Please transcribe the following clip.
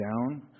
down